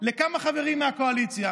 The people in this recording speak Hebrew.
לכמה חברים מהקואליציה.